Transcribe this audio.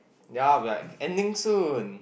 ya we're like ending soon